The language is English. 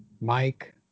Mike